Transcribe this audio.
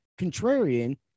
contrarian